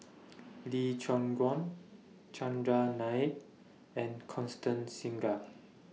Lee Choon Guan Chandran Nair and Constance Singam